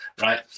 right